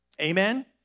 Amen